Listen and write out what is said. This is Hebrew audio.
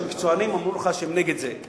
שהמקצוענים אמרו לך שהם נגד זה,